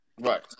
Right